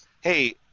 hey